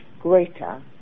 greater